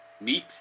meat